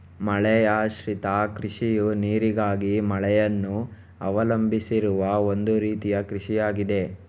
ಮಳೆಯಾಶ್ರಿತ ಕೃಷಿಯು ನೀರಿಗಾಗಿ ಮಳೆಯನ್ನು ಅವಲಂಬಿಸಿರುವ ಒಂದು ರೀತಿಯ ಕೃಷಿಯಾಗಿದೆ